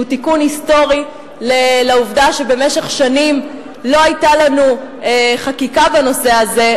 שהוא תיקון היסטורי לעובדה שבמשך שנים לא היתה לנו חקיקה בנושא הזה,